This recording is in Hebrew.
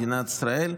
מדינת ישראל,